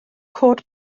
cod